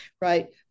right